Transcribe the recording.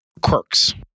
quirks